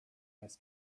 miss